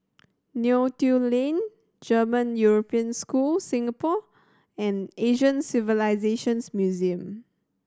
Neo Tiew Lane German European School Singapore and Asian Civilisations Museum